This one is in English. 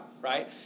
right